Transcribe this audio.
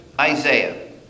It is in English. Isaiah